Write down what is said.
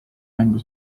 mängu